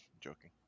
Joking